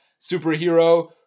superhero